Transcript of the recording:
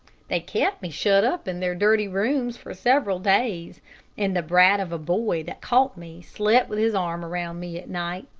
they kept me shut up in their dirty rooms for several days and the brat of a boy that caught me slept with his arm around me at night.